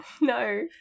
No